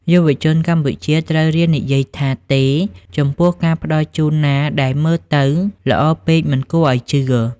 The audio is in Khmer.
យុវជនកម្ពុជាត្រូវរៀននិយាយថា "ទេ" ចំពោះការផ្តល់ជូនណាដែលមើលទៅ "ល្អពេកមិនគួរឱ្យជឿ"។